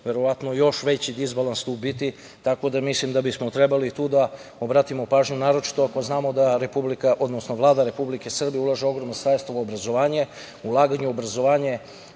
verovatno još veći disbalans imati, tako da mislim da bismo trebali tu da obratimo pažnju naročito ako znamo da Vlada Republike Srbije ulaže ogromna sredstva u obrazovanje. Ulaganje u obrazovanje,